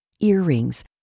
earrings